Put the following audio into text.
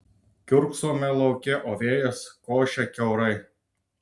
kiurksome lauke o vėjas košia kiaurai